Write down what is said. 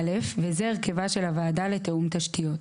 (א) וזה הרכבה של הוועדה לתיאום תשתיות: